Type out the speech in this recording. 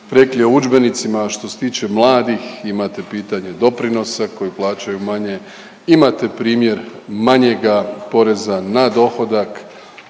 rekli o udžbenicima a što se tiče mladih imate pitanje doprinosa koji plaćaju manje. Imate primjer manjega poreza na dohodak